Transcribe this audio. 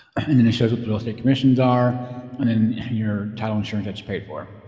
and and it shows what the real estate commissions are and in your title insurance is paid for.